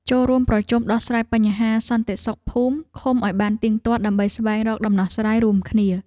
ចូលរួមប្រជុំដោះស្រាយបញ្ហាសន្តិសុខភូមិឃុំឱ្យបានទៀងទាត់ដើម្បីស្វែងរកដំណោះស្រាយរួមគ្នា។